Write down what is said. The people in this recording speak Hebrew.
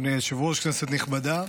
אדוני היושב-ראש, כנסת נכבדה,